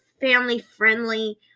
family-friendly